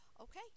Okay